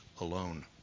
alone